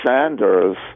sanders